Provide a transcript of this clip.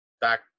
back